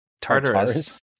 tartarus